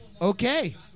Okay